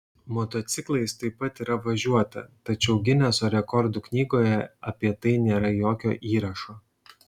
motociklais taip pat yra važiuota tačiau gineso rekordų knygoje apie tai nėra jokio įrašo